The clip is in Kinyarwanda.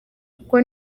kuko